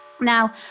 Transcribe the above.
Now